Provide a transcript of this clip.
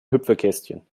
hüpfekästchen